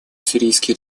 сирийский